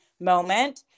moment